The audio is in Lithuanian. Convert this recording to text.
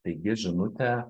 taigi žinutė